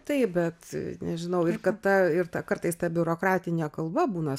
taip bet nežinau ir kad ta ir ta kartais ta biurokratinė kalba būna